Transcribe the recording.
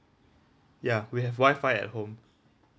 ya we have wifi at home